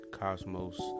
cosmos